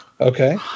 Okay